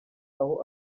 aho